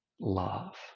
love